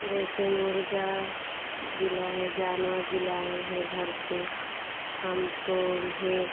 जैसे मुर्गा जिलाए जानवर जिलाए हैं घर पर हम तो उन्हें